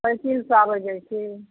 cycle से आबैत जाइत छी